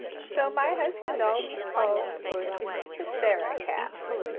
so my husband always called puss the sarah-cat,